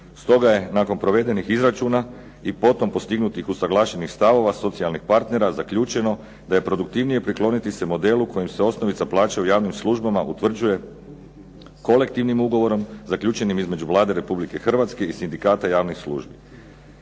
Stoga je nakon provedenih izračuna i potom postignutih usaglašenih stavova socijalnih partnera zaključeno da je produktivnije prikloniti se modelu koji se osnovica plaće u javnim službama utvrđuje kolektivnim ugovorom zaključenim između Vlade Republike Hrvatske i sindikata javnih službi.